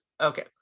Okay